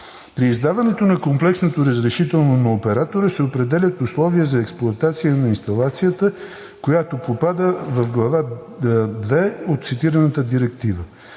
При издаването на комплексното разрешително на оператора се определят условия за експлоатация на инсталацията, която попада в Глава II от цитираната директива.